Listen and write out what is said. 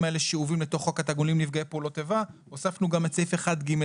האלה שאובים לתוך חוק תגמולים לנפגעי פעולות איבה הוספנו גם את סעיף 1ג,